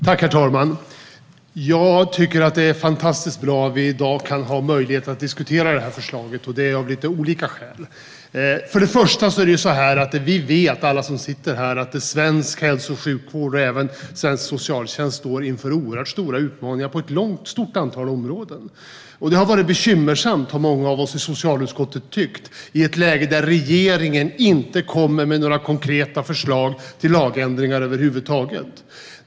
Herr talman! Jag tycker att det är fantastiskt bra att vi i dag har möjlighet att diskutera detta förslag. Det tycker jag av lite olika skäl. Det första skälet handlar om att alla vi som sitter här vet att svensk hälso och sjukvård och även svensk socialtjänst står inför oerhört stora utmaningar på ett stort antal områden. Många av oss i socialutskottet har tyckt att det har varit bekymmersamt i ett läge där regeringen inte kommer med några konkreta förslag till lagändringar över huvud taget.